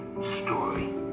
story